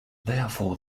therefore